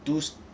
too s~